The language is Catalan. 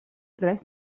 res